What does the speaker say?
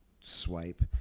swipe